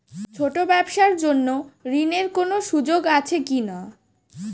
ছোট ব্যবসার জন্য ঋণ এর কোন সুযোগ আছে কি না?